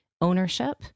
ownership